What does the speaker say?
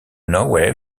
norway